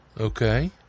Okay